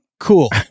cool